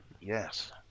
Yes